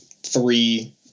three